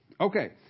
Okay